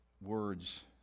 words